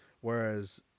whereas